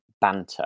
banter